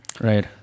Right